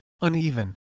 uneven